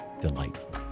delightful